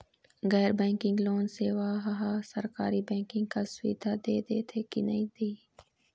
गैर banking loan सेवा हा सरकारी बैंकिंग कस सुविधा दे देथे कि नई नहीं?